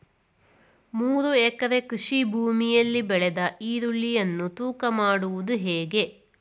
ಮೂರು ಎಕರೆ ಕೃಷಿ ಭೂಮಿಯಲ್ಲಿ ಬೆಳೆದ ಈರುಳ್ಳಿಯನ್ನು ತೂಕ ಮಾಡುವುದು ಹೇಗೆ?